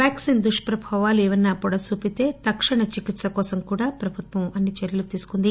vaccine దుష్పభావాలు ఏపైనా వొడసూపితే తక్షణ చికిత్ప కోసం కూడా ప్రభుత్వం అన్నీ చర్యలూ తీసుకుంది